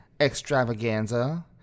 extravaganza